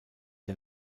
der